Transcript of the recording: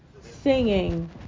Singing